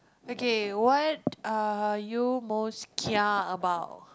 okay what are you most kia about